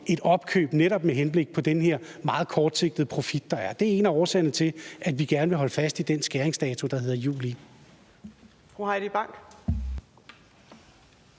et opkøb netop med henblik på den her meget kortsigtede profit, der er. Det er en af årsagerne til, at vi gerne vil holde fast i juli som skæringsdato. Kl.